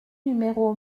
numéro